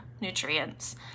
nutrients